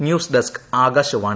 news desk Akashvani